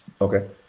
Okay